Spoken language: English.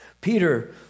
Peter